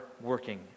working